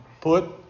Put